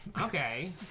Okay